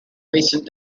recent